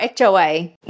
HOA